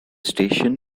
station